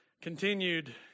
continued